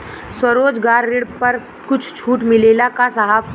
स्वरोजगार ऋण पर कुछ छूट मिलेला का साहब?